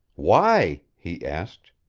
why? he asked.